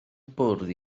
bwrdd